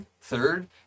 third